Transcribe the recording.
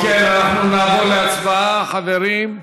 אם כן, אנחנו נעבור להצבעה, חברים.